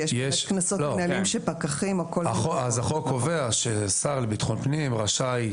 כי יש קנסות מינהליים שפקחים --- החוק קובע שהשר לביטחון פנים רשאי,